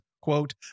quote